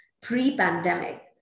pre-pandemic